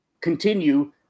continue